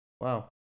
Wow